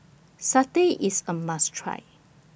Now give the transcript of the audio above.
Satay IS A must Try